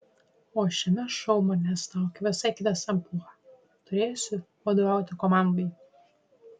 o šiame šou manęs laukia visai kitas amplua turėsiu vadovauti komandai